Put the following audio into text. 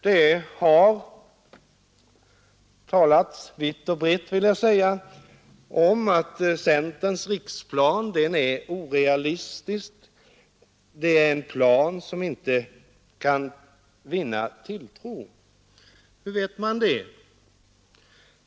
Det har talats vitt och brett om att centerns riksplan är orealistisk; det skulle vara en plan som inte kan vinna tilltro. Hur vet man det?